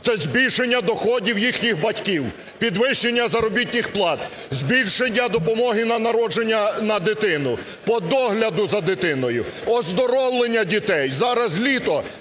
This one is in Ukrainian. це збільшення доходів їхніх батьків, підвищення заробітних плат, збільшення допомоги на народження на дитину, по догляду за дитиною, оздоровлення дітей. Зараз літо,